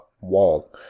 wall